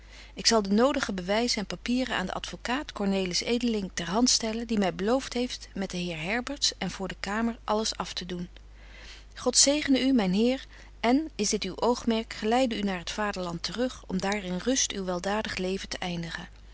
ik zal de nodige bewyzen en papieren aan den advocaat cornelis edeling ter hand stellen die my belooft heeft met den heer herberts en voor de kamer alles aftedoen god zegene u myn heer en is dit uw oogmerk geleide u naar het vaderland te rug om daar in rust uw weldadig leven te eindigen